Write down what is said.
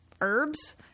herbs